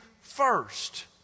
first